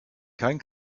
kein